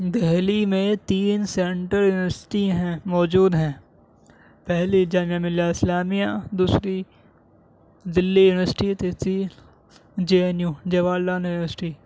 دہلی میں تین central university ہیں موجود ہیں پہلی جامعہ ملیہ اسلامیہ دوسری دلی یونیورسٹی تیسری J N U Jawahar Lal university